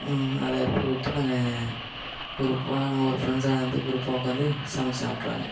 அதை எடுத்துட்டு போய்ட்டு நாங்கள் ஒரு நாங்கள் ஒரு ஃப்ரெண்ட்ஸாக இருந்து குரூப்பாக உக்காந்து ஒரு சமைச்சி சாப்பிட்ருவாங்க